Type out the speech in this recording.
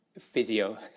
Physio